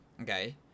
okay